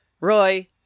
Roy